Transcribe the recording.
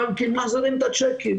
הבנקים מחזירים צ'קים,